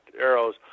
arrows